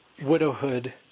widowhood